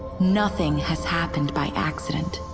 nothing has happened by accident.